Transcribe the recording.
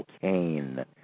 Kane